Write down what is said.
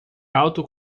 alto